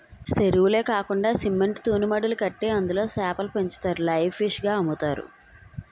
సెరువులే కాకండా సిమెంట్ తూనీమడులు కట్టి అందులో సేపలు పెంచుతారు లైవ్ ఫిష్ గ అమ్ముతారు